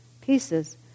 pieces